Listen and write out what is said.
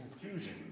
confusion